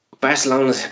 Barcelona